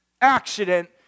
accident